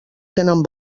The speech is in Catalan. tenen